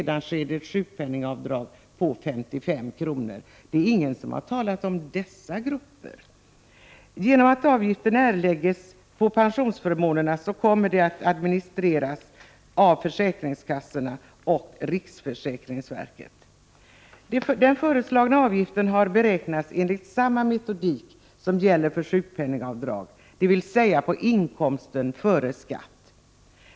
Det är ingen som har talat om dessa grupper. På grund av att avgiften skall avläggas genom avdrag på pensionsförmånerna kommer den att administreras av försäkringskassorna och riksförsäkringsverket. Den föreslagna avgiften har beräknats enligt samma metodik som gäller för sjukpenningavdrag, dvs. på inkomsten före skatt.